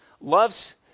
loves